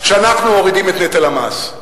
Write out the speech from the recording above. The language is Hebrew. שאנחנו מורידים את נטל המס.